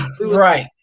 Right